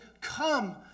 come